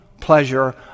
pleasure